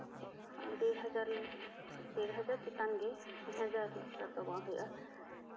ᱰᱮᱲ ᱦᱟᱡᱟᱨ ᱪᱮᱛᱟᱱ ᱜᱮ ᱛᱤᱱ ᱦᱟᱡᱟᱨ ᱫᱚ ᱵᱟᱝ ᱦᱩᱭᱩᱜᱼᱟ